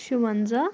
شُونٛزاہ